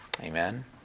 Amen